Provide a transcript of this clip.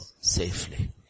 Safely